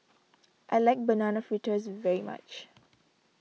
I like Banana Fritters very much